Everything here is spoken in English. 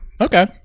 okay